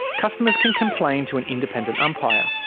customers can complain to an independent umpire.